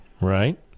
Right